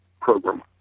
program